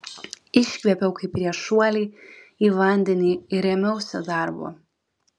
iškvėpiau kaip prieš šuolį į vandenį ir ėmiausi darbo